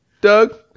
Doug